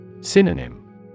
Synonym